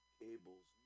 cables